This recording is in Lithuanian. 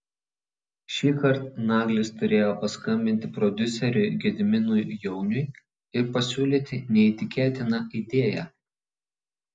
šįkart naglis turėjo paskambinti prodiuseriui gediminui jauniui ir pasiūlyti neįtikėtiną idėją